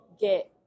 get